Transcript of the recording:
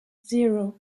zero